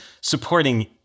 supporting